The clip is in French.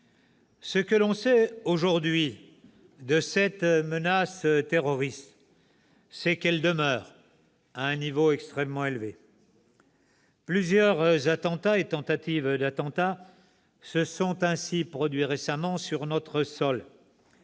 Ce que l'on sait aujourd'hui de cette menace terroriste, c'est qu'elle demeure à un niveau extrêmement élevé. Plusieurs attentats et tentatives d'attentats se sont ainsi produits récemment sur notre sol.